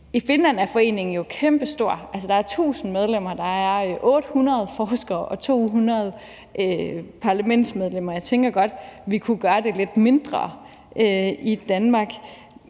I Finland er foreningen jo kæmpestor – altså, der er tusind medlemmer, der er 800 forskere og 200 parlamentsmedlemmer. Jeg tænker, at vi godt kunne gøre det lidt mindre i Danmark,